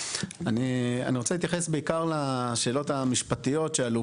אני רוצה להתייחס בעיקר לשאלות המשפטיות שעלו